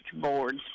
boards